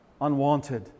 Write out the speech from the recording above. Unwanted